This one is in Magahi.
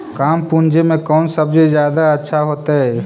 कम पूंजी में कौन सब्ज़ी जादा अच्छा होतई?